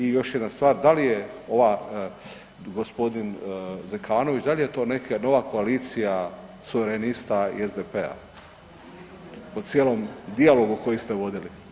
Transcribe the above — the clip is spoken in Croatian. I još jedna stvar, da li je ova g. Zekanović, da li je to neka nova koalicija suverenista i SDP-a po cijelom dijalogu koji ste vodili?